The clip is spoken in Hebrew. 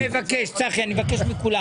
אני מבקש מכולם,